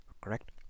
correct